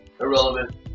irrelevant